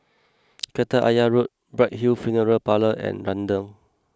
Kreta Ayer Road Bright Hill Funeral Parlour and Renjong